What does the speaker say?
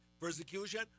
persecution